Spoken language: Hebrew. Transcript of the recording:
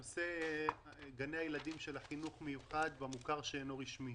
נושא גני הילדים בחינוך המיוחד במוכר שאינו רשמי